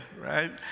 right